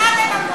אתה דמגוג.